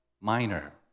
Minor